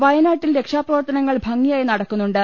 വയനാട്ടിൽ രക്ഷാപ്രവർത്തനങ്ങൾ ഭംഗിയായി നടക്കുന്നുണ്ട്